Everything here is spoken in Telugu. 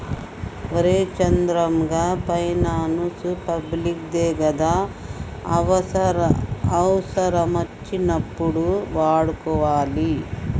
ఒరే చంద్రం, గా పైనాన్సు పబ్లిక్ దే గదా, అవుసరమచ్చినప్పుడు వాడుకోవాలె